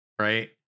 Right